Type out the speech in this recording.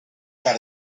got